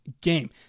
game